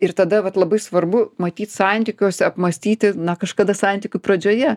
ir tada vat labai svarbu matyt santykiuose apmąstyti na kažkada santykių pradžioje